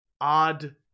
odd